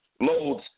loads